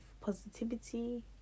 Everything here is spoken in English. positivity